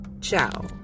Ciao